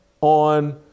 on